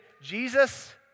Jesus